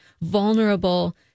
vulnerable